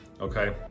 okay